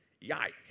Yike